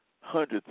hundreds